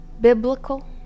biblical